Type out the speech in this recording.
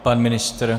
Pan ministr?